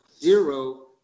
zero